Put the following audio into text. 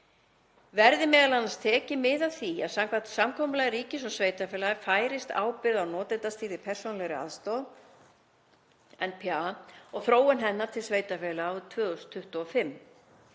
Verði m.a. tekið mið af því að samkvæmt samkomulagi ríkis og sveitarfélaga færist ábyrgð á notendastýrðri persónulegri aðstoð, NPA, og þróun hennar til sveitarfélaga árið 2025.